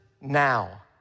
now